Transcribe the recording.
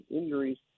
injuries